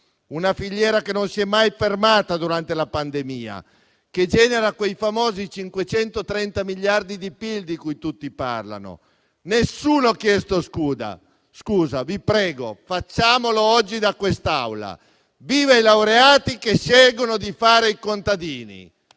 una filiera che non si è mai fermata durante la pandemia, che genera quei famosi 530 miliardi di PIL di cui tutti parlano. Nessuno ha chiesto scusa. Vi prego, facciamolo oggi da quest'Aula. Viva i laureati che scelgono di fare i contadini!